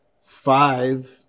five